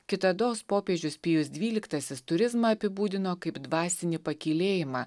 kitados popiežius pijus dvyliktasis turizmą apibūdino kaip dvasinį pakylėjimą